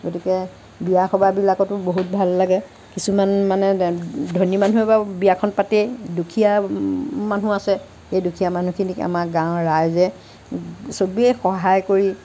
গতিকে বিয়া সভাবিলাকতো বহুত ভাল লাগে কিছুমান মানে ধনী মানুহে বাৰু বিয়াখন পাতেই দুখীয়া মানুহ আছে সেই দুখীয়া মানুহখিনিক আমাৰ গাঁৱৰ ৰাইজে চবেই সহায় কৰি